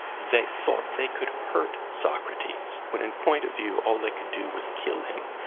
they thought they could hurt socrates, when in point of view all they could do was kill them.